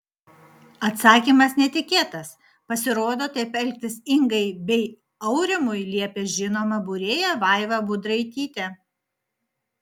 atsakymas netikėtas pasirodo taip elgtis ingai bei aurimui liepė žinoma būrėja vaiva budraitytė